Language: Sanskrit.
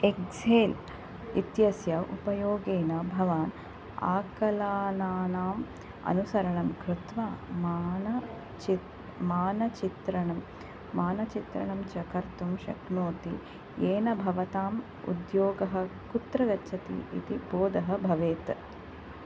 एक्झेल् इत्यस्य उपयोगेन भवान् आकलनानाम् अनुसरणं कृत्वा मानचित् मानचित्रणं मानचित्रणं च कर्तुं शक्नोति येन भवताम् उद्योगः कुत्र गच्छति इति बोधः भवेत्